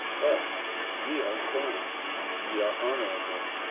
but ye are strong ye are honourable,